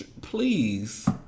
please